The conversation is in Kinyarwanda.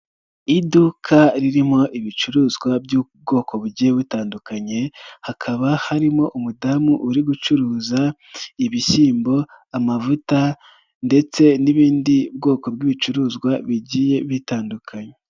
Iduka ririmo ibicuruzwa by'ubwoko bugiye butandukanye hakaba harimo umudamu uri gucuruza ibishyimbo, amavuta ndetse n'ibindi bwoko bw'ibicuruzwa bigiye bitandukanye.